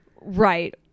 Right